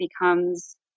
becomes